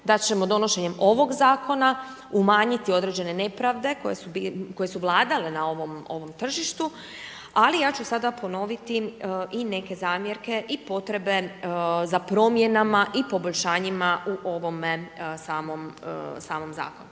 da ćemo donošenjem ovog zakona umanjiti određene nepravde koje su vladale na ovom tržištu, ali ja ću sada ponoviti i neke zamjerke i potrebe za promjenama i poboljšanjima u ovome samom zakonu.